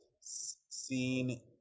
seen